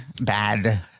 bad